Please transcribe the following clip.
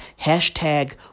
Hashtag